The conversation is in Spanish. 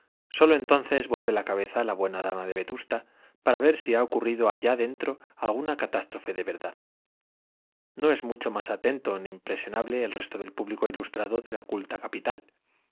sólo entonces vuelve la cabeza la buena dama de vetusta para ver si ha ocurrido allá dentro alguna catástrofe de verdad no es mucho más atento ni impresionable el resto del público ilustrado de la culta capital